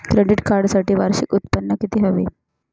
Credit कार्डसाठी वार्षिक उत्त्पन्न किती हवे?